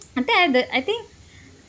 I think I have the I think